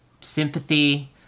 sympathy